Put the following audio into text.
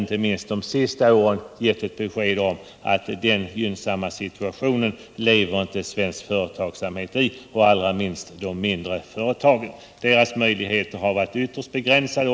Inte minst de senaste åren har gett besked om att svenska företag, och framför allt Finansdebatt Finansdebatt 150 de mindre företagen, inte befinner sig i den gynnsamma situationen. De mindre företagens möjligheter till avskrivningar har varit ytterst begränsade.